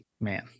man